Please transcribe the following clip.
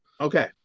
Okay